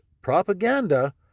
propaganda